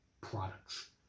products